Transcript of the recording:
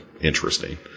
interesting